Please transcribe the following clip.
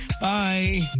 Bye